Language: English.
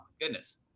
goodness